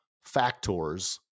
factors